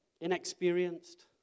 inexperienced